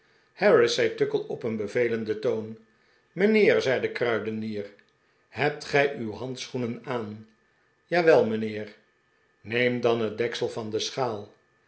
harris zei tuckle op een bevelenden toon mijnheer zei de kruidenier hebt gij uw handschoenen aan jawel mijnheer neem dan het deksel van de schaal